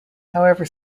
however